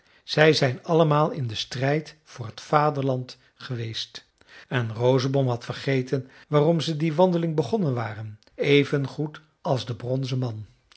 zij zijn allemaal in den strijd voor het vaderland geweest en rosenbom had vergeten waarom ze die wandeling begonnen waren evengoed als de bronzen man